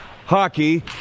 hockey